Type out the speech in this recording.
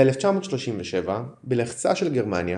ב-1937 בלחצה של גרמניה